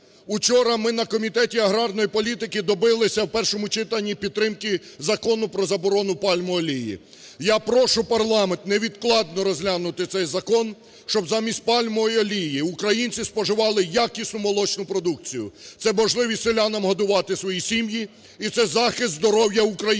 Учора ми на Комітеті аграрної політики добилися в першому читанні підтримки Закону про заборону пальмової олії. Я прошу парламент невідкладно розглянути цей закон, щоб замість пальмової олії українці споживали якісну молочну продукцію. Це можливість селянам годувати свої сім'ї і це захист здоров'я українців,